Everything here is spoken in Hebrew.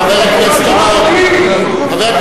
חבר הכנסת אורון,